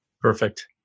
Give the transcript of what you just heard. Perfect